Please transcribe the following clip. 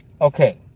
Okay